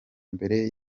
mbere